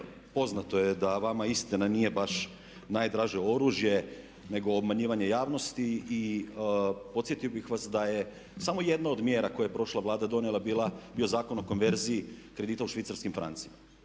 Poznato je da vama istina nije baš najdraže oružje nego obmanjivanje javnosti. I podsjetio bih vas da je samo jedna od mjera koje je prošla Vlada donijela bio Zakon o konverziji kredita u švicarskim francima.